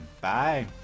bye